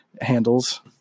handles